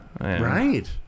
Right